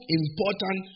important